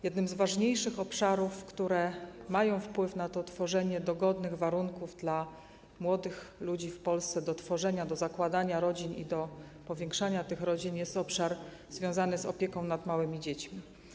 Jednym z ważniejszych obszarów, które mają wpływ na tworzenie dogodnych warunków dla młodych ludzi w Polsce do zakładania rodzin i do powiększania tych rodzin, jest obszar związany z opieką nad małymi dziećmi.